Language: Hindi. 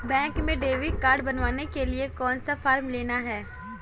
बैंक में डेबिट कार्ड बनवाने के लिए कौन सा फॉर्म लेना है?